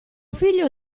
figlio